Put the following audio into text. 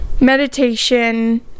meditation